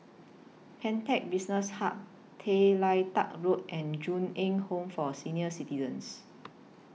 Pantech Business Hub Tay Lian Teck Road and Ju Eng Home For Senior Citizens